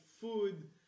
food